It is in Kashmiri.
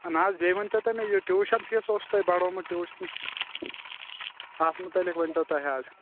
نہٕ حظ بیٚیہِ ؤنۍتَو تُہۍ مےٚ یہِ ٹیٛوٗشن فیٖس اوسوٕ تۄہہِ بڈوومُت ٹیٛوٗشن اَتھ مُتلِق ؤنۍتَو تُہۍ حظ